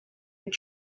your